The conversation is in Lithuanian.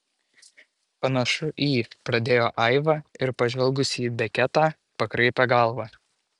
panašu į pradėjo aiva ir pažvelgusi į beketą pakraipė galvą